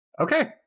Okay